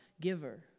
giver